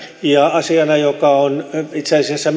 ja asiana jonka merkitys on itse asiassa